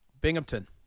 Binghamton